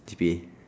G_P_A